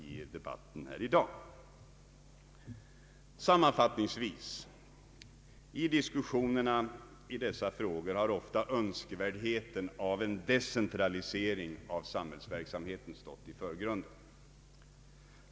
Sammanfattningsvis vill jag anföra att i diskussionerna i dessa frågor önskvärdheten av en decentralisering av samhällsverksamheten ofta har stålt i förgrunden.